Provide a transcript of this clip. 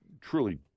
truly